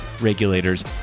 regulators